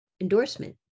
endorsement